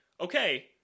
okay